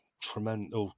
tremendous